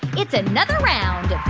it's another round